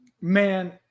Man